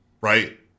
right